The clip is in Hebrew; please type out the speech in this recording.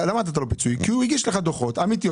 כי הוא הגיש לך דוחות אמיתיים.